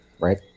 right